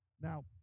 Now